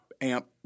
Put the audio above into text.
amp